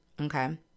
Okay